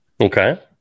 Okay